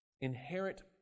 inherent